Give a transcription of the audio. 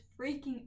freaking